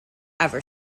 ever